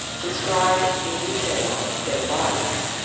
describe in detail dead bodies.